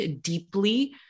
deeply